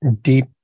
deep